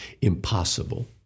Impossible